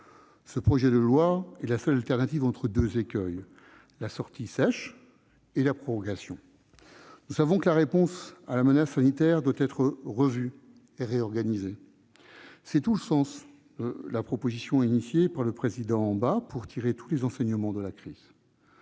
Ce projet de loi est la seule voie possible entre deux écueils : la sortie sèche et la prorogation. Nous savons que la réponse à la menace sanitaire doit être revue et réorganisée. C'est tout le sens de la proposition avancée par le président Bas pour tirer tous les enseignements de la crise.